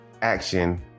action